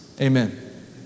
amen